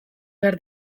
behar